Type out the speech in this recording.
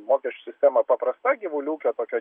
mokesčių sistema paprasta gyvulių ūkio tokio